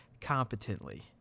competently